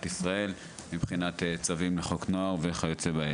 ישראל מבחינת צווים לחוק הנוער וכיוצ"ב.